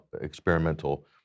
experimental